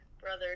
brother